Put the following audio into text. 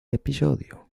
episodio